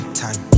time